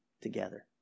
together